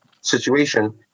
situation